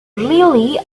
really